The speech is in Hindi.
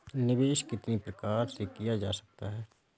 निवेश कितनी प्रकार से किया जा सकता है?